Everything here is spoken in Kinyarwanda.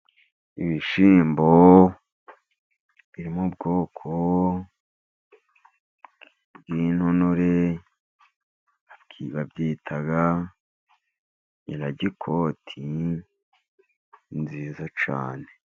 Ibishyimbo biri mu bwoko bw'intonore, babyita nyiragikoti nziza cyane.